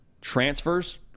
transfers